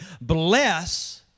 bless